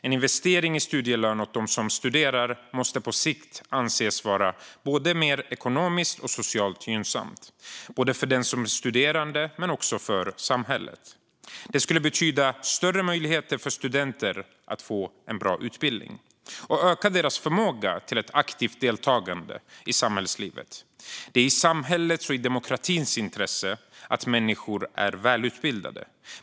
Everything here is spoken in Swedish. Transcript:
En investering i studielön till dem som studerar måste på sikt anses vara mer gynnsamt både ekonomiskt och socialt, såväl för de studerande som för samhället. Det skulle betyda större möjligheter för studenter att få en bra utbildning och öka deras förmåga till aktivt deltagande i samhällslivet. Det är i samhällets och demokratins intresse att människor är välutbildade.